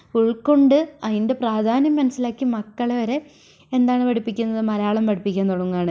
ഉൾക്കൊണ്ട് അതിൻറ്റെ പ്രാധാന്യം മനസ്സിലാക്കി മക്കളെ വരെ എന്താണ് പഠിപ്പിക്കുന്നത് മലയാളം പഠിക്കാൻ തുടങ്ങുവാണ്